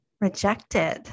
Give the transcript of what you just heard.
rejected